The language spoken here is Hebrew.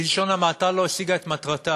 בלשון המעטה, לא השיגה את מטרתה,